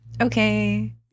Okay